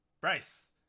Bryce